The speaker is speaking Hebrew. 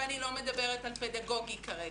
ואני לא מדברת על מענה פדגוגי כרגע.